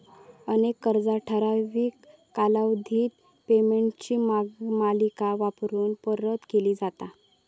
अनेक कर्जा ठराविक कालावधीत पेमेंटची मालिका वापरून परत केली जातत